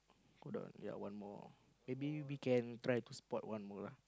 hold on yea one more maybe we can try to spot one more lah